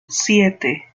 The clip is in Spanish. siete